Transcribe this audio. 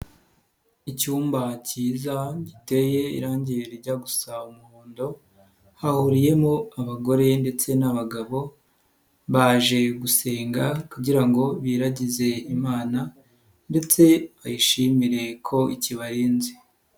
Icyumba cyiza giteye irangi rijya gusa umuhondo, hahuriyemo abagore ndetse n'abagabo baje gusenga kugira ngo biragize Imana ndetse ayishimire ko ikibarenze.